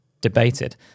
debated